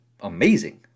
amazing